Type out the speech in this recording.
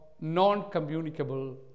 non-communicable